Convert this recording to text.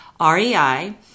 REI